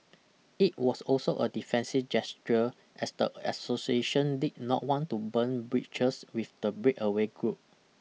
it was also a defensive gesture as the association did not want to burn bridges with the breakaway group